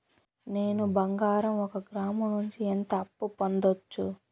నేను బంగారం ఒక గ్రాము నుంచి ఎంత అప్పు పొందొచ్చు